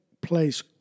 place